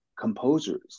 Composers